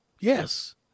Yes